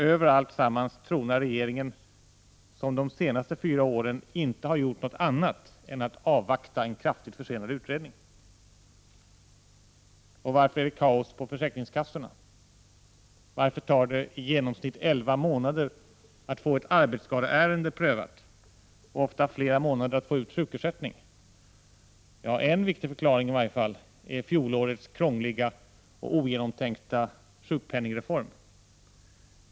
Över alltsammans tronar regeringen, som de senaste fyra åren inte har gjort annat än avvaktat en kraftigt försenad utredning. En viktig förklaring är fjolårets krångliga och ogenomtänkta sjukpenningreform.